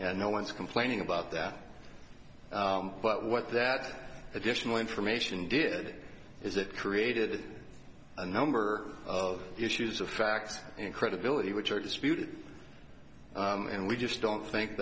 and no one's complaining about that but what that additional information did is it created a number of issues of facts and credibility which are disputed and we just don't think